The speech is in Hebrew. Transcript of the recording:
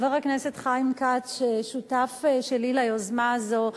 חבר הכנסת חיים כץ, השותף שלי ליוזמה הזאת,